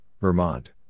Vermont